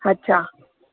अच्छा